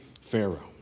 Pharaoh